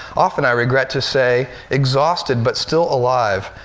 often, i regret to say, exhausted, but still alive,